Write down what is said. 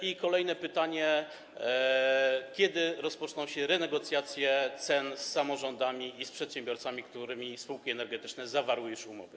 I kolejne pytanie: Kiedy rozpoczną się renegocjacje dotyczące cen z samorządami i przedsiębiorcami, z którymi spółki energetyczne zawarły już umowy?